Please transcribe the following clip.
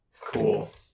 Cool